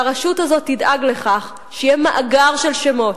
שהרשות הזאת תדאג לכך שיהיה מאגר של שמות,